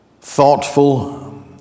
thoughtful